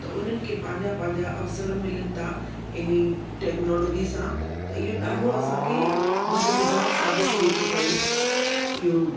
त उन्हनि खे पंहिंजा पंहिंजा अवसर मिलनि था इन्ही टेक्नोलॉजी सां त इहो ॾाढो असांखे मददगार साबित थिए थो पयो इहो